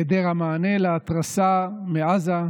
בהיעדר המענה להתרסה מעזה,